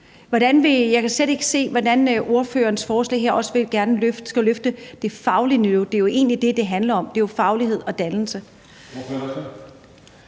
vil med det her forslag jo også gerne løfte det faglige niveau. Det er jo egentlig det, det handler om - det er jo faglighed og dannelse.